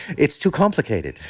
it's too complicated,